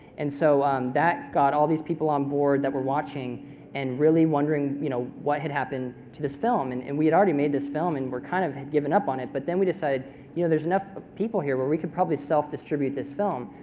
and so that got all these people on board that were watching and really wondering you know what had happened to this film. and and we had already made this film and we're kind of had given up on it, but then we decided you know there's enough people here where we could probably self-distribute this film.